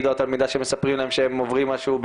או התלמידה שמספרים להם שהם עוברים משהו,